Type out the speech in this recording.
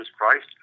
Christ